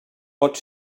pot